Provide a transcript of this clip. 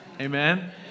Amen